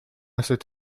cet